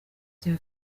cya